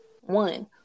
One